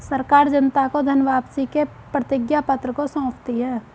सरकार जनता को धन वापसी के प्रतिज्ञापत्र को सौंपती है